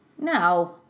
No